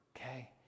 Okay